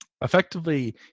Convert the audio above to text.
effectively